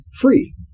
free